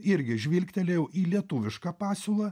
irgi žvilgtelėjau į lietuvišką pasiūlą